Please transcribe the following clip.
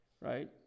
Right